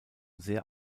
sehr